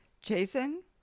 Jason